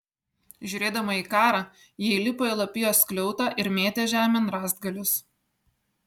žiūrėdama į karą ji įlipo į lapijos skliautą ir mėtė žemėn rąstgalius